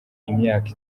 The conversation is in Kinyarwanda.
imyaka